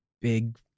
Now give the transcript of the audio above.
big